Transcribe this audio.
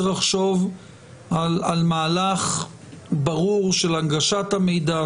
צריך לחשוב על מהלך ברור של הנגשת המידע,